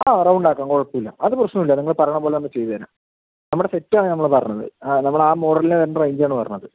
ആ റൗണ്ട് ആക്കാം കുഴപ്പം ഇല്ല അത് പ്രശ്നം ഇല്ല നിങ്ങള് പറയുന്ന പോലെ അങ്ങ് ചെയ്ത് തരാം നമ്മുടെ സെറ്റായാണ് നമ്മള് പറയുന്നത് ആ നമ്മള് ആ മോഡല് വരുന്ന റേഞ്ച് ആണ് പറഞ്ഞത്